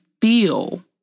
feel